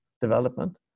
development